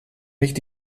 nicht